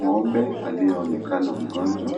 Ng'ombe aliyeonekana mgonjwa